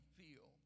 feel